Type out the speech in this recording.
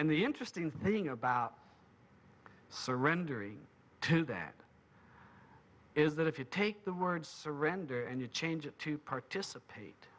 and the interesting thing about surrendering to that is that if you take the words surrender and you change it to participate